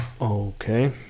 Okay